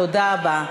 תודה רבה.